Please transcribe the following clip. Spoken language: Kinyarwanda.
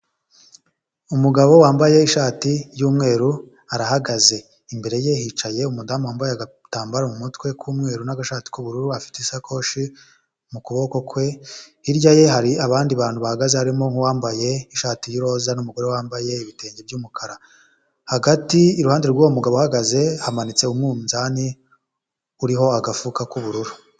Umugabo wambaye ishati y'umweru arahagaze imbere ye hicaye umudamu wambaye agatambaro mu mutwe k'umweru n'agashati k'ubururu afite isakoshi mu kuboko kwe hirya ye hari abandi bantu bahagaze barimo nk'uwambaye ishati y'iroza n'umugore wambaye ibitenge by'umukara hagati i ruhande'uwo mugabo uhagaze hamanitse umunzani uriho agafuka k'ubururu.